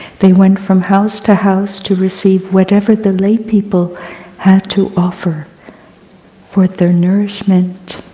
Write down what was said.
they went from house to house to receive whatever the lay people had to offer for their nourishment